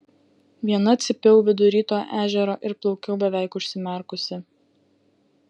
viena cypiau vidury to ežero ir plaukiau beveik užsimerkusi